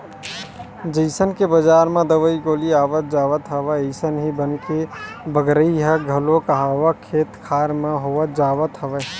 जइसन के बजार म दवई गोली आवत जावत हवय अइसने ही बन के बगरई ह घलो काहक खेत खार म होवत जावत हवय